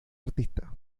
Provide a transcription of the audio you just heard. artista